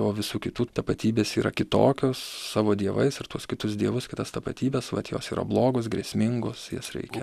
o visų kitų tapatybės yra kitokios su savo dievais ir tuos kitus dievus kitas tapatybes vat jos yra blogos grėsmingos jas reikia